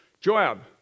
Joab